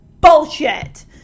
Bullshit